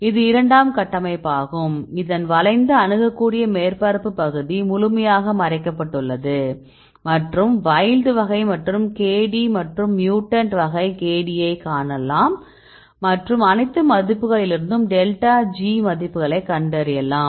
இது ஒரு இரண்டாம் கட்டமைப்பாகும் இதன் வளைந்த அணுகக்கூடிய மேற்பரப்பு பகுதி முழுமையாக மறைக்கப்பட்டுள்ளது மற்றும் வைல்ட் வகை K D மற்றும் மியூட்டன்ட் வகை K D ஐக் காணலாம் மற்றும் அனைத்து மதிப்புகளிலிருந்தும் டெல்டா G மதிப்புகளைக் கண்டறியலாம்